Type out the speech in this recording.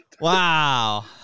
Wow